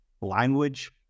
language